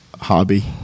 hobby